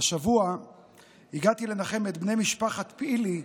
השבוע הגעתי לנחם את בני משפחת פאלי,